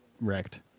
wrecked